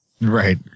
Right